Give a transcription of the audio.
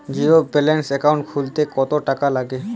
Zero balance account খুলতে কত টাকা লাগে?